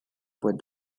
voit